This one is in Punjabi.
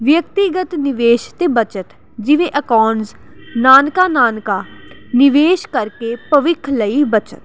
ਵਿਅਕਤੀਗਤ ਨਿਵੇਸ਼ ਅਤੇ ਬਚਤ ਜਿਵੇਂ ਅਕਾਉਂਡ ਨਾਨਕਾ ਨਾਨਕਾ ਨਿਵੇਸ਼ ਕਰਕੇ ਭਵਿੱਖ ਲਈ ਬਚਤ